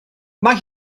mae